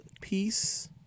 peace